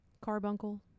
carbuncle